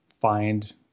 find